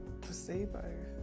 placebo